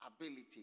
ability